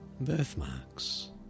Birthmarks